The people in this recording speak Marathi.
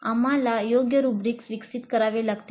आम्हाला योग्य रुब्रिक्स विकसित करावे लागतील